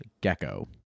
gecko